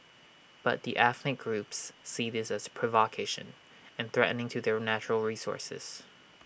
but the ethnic groups see this as provocation and threatening to their natural resources